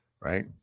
right